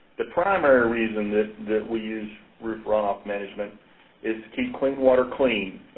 the primary reason that that we use roof runoff management is keep clean water clean,